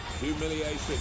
Humiliation